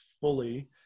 fully